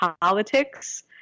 politics